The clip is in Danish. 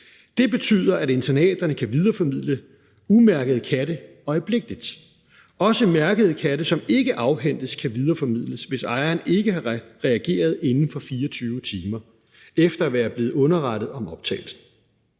Det betyder, at internaterne kan videreformidle umærkede katte øjeblikkelig, og også mærkede katte, som ikke afhentes, kan videreformidles, hvis ejeren ikke har reageret inden for 24 timer efter at være blevet underrettet om optagelsen.